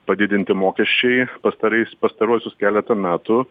padidinti mokesčiai pastaraisiais pastaruosius keletą metų